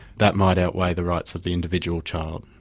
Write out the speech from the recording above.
that might outweigh the rights of the individual child.